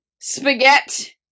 spaghetti